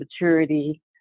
maturity